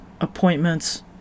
appointments